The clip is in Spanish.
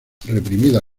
reprimida